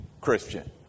Christian